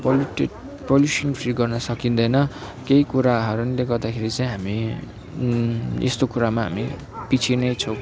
polluted pollution free गर्न सकिँदैन केही कुराहरूले गर्दाखेरि चाहिँ हामी यस्तो कुरामा हामी पछि नै छौँ